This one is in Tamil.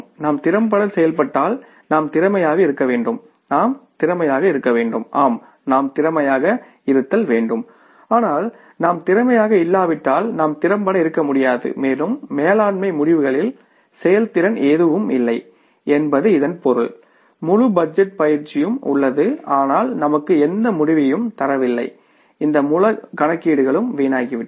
நாம் திறம்பட செயல்பட்டால் நாம் திறமையாக இருக்க வேண்டும் நாம் திறமையாக இருக்க வேண்டும் ஆம் நாம் திறமையாக இருக்க வேண்டும் ஆனால் நாம் திறமையாக இல்லாவிட்டால் நாம் திறம்பட இருக்க முடியாது மேலும் மேலாண்மை முடிவுகளில் செயல்திறன் எதுவும் இல்லை என்பது இதன் பொருள் முழு பட்ஜெட் பயிற்சியும் உள்ளது ஆனால் நமக்கு எந்த முடிவையும் தரவில்லை இந்த முழு கணக்கீடுகளும் வீணாகிவிட்டது